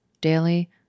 daily